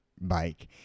bike